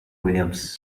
williams